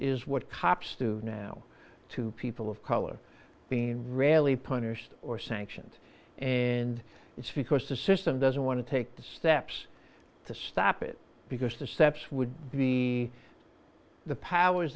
is what cops do now to people of color being really punished or sanctioned and it's because the system doesn't want to take steps to stop it because the steps would be the powers